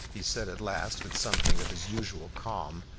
he said at last, with something of his usual calm,